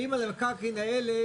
האם על המקרקעין האלה,